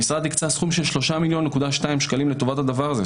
המשרד הקצה סכום של 3.2 מיליון שקלים לטובת הדבר הזה.